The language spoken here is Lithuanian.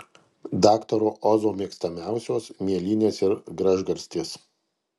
daktaro ozo mėgstamiausios mėlynės ir gražgarstės